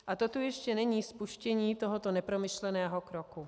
A to tu ještě není spuštění tohoto nepromyšleného kroku.